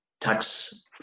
tax